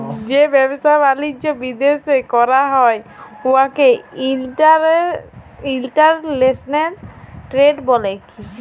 যে ব্যবসা বালিজ্য বিদ্যাশে ক্যরা হ্যয় উয়াকে ইলটারল্যাশলাল টেরেড ব্যলে